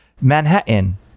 Manhattan